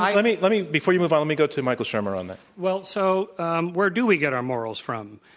let me let me before you move on, let me go to michael shermer on that. well, so where do we get our morals from?